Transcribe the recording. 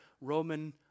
Roman